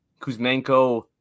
Kuzmenko